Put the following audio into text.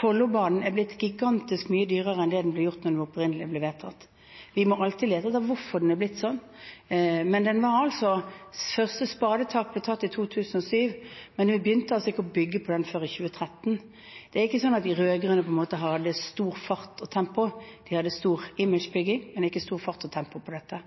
Follobanen er blitt gigantisk mye dyrere enn da den opprinnelig ble vedtatt. Vi må alltid lete etter hvorfor det er blitt sånn. Første spadetak ble tatt i 2007, men vi begynte ikke å bygge den før i 2013. Det er ikke sånn at de rød-grønne hadde stor fart og tempo. De hadde stor imagebygging, men ikke stor fart og tempo. Så tenker jeg at Nasjonal transportplan på dette